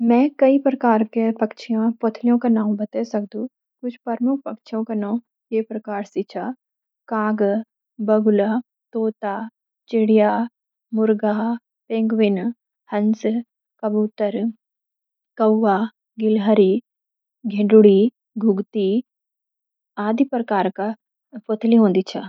मैं कई प्रकार के पक्षियों (पोथली )का नाम बता सकदु। कुछ प्रमुख पक्षियों का नौ ये प्रकार सी छ: काग (Crow) बगुल (Heron) तोता (Parrot) चिड़िया (Sparrow) मुर्गा (Rooster) पेंगुइन (Penguin) हंस (Swan) कबूतर (Pigeon) कौआ (Raven) गिलहरि (Squirrel) आदि। येन कई प्रकार की पोथली हों दी छ।